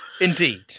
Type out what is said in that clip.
Indeed